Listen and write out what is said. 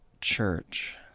church